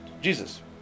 Jesus